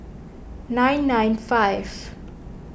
nine nine five